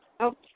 Okay